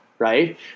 Right